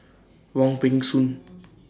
Wong Peng Soon